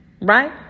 right